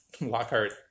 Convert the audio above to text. Lockhart